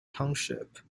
township